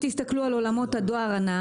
תסתכלו על עולמות הדואר הנע